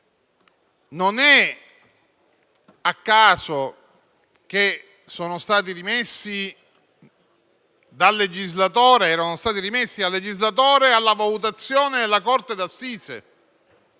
Non è un caso che siano stati rimessi dal legislatore alla valutazione della corte d'assise.